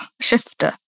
shifter